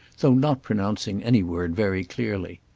though not pronouncing any word very clearly.